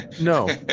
No